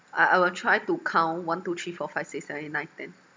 I I will try to count one two three four five six seven eight nine ten